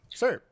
sir